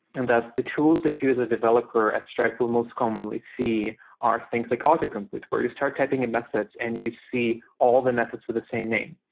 and thus, the tools that you as a developer at stripe will most commonly see are things like auto complete, where you start typing in methods and you see all the methods with the same name.